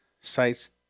sites